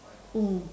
mm